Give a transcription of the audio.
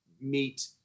meet